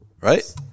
Right